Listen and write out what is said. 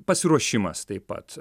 pasiruošimas taip pat